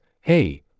hey